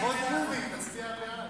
לכבוד פורים תצביע בעד.